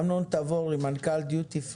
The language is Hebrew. אמנון תבורי, מנכ"ל דיוטי פרי.